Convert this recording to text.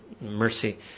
mercy